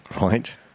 Right